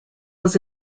was